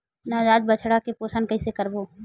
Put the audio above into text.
नवजात बछड़ा के पोषण कइसे करबो?